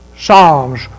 Psalms